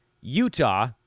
Utah